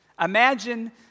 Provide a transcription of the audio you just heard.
Imagine